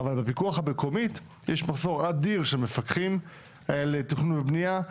אבל בפיקוח המקומית יש מחסור אדיר של מפקחים לתכנון ובנייה.